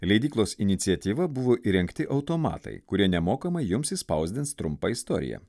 leidyklos iniciatyva buvo įrengti automatai kurie nemokamai jums išspausdins trumpą istoriją